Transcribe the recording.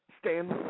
Stand